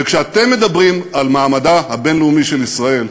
וכשאתם מדברים על מעמדה הבין-לאומי של ישראל,